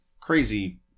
crazy